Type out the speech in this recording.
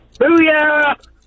Booyah